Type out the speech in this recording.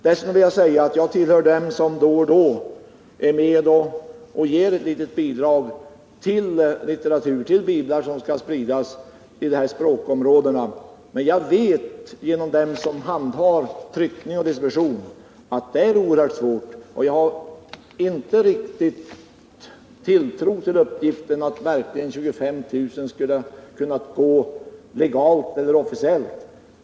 Jag vill dessutom säga att jag tillhör dem som då och då ger ett litet bidrag till biblar, som skall spridas i de här språkområdena, men jag vet genom dem som handhar tryckning och distribution att det är oerhört svårt att distribuera dem. Jag har inte riktigt tilltro till uppgiften att 25 000 biblar skulle ha spritts legalt och officiellt.